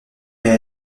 mais